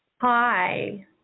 hi